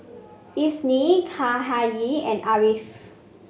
Isnin Cahaya and Ariff